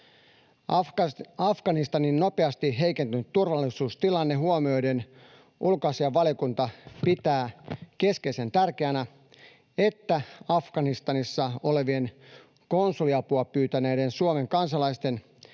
Afganistanin nopeasti heikentynyt turvallisuustilanne huomioiden ulkoasiainvaliokunta pitää keskeisen tärkeänä, että Afganistanissa olevien, konsuliapua pyytäneiden Suomen kansalaisten